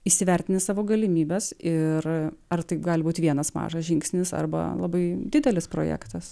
įsivertini savo galimybes ir ar tai gali būti vienas mažas žingsnis arba labai didelis projektas